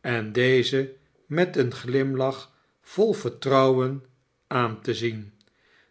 en dezen met een glimlach vol vertrouwen aan te zien